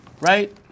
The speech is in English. Right